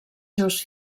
seus